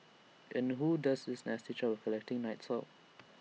and who does this nasty job of collecting night soil